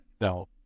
No